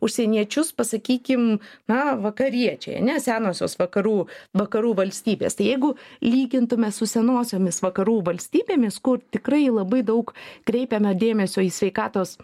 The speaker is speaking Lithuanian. užsieniečius pasakykim na vakariečiai ane senosios vakarų vakarų valstybės tai jeigu lygintume su senosiomis vakarų valstybėmis kur tikrai labai daug kreipiame dėmesio į sveikatos